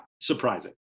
surprising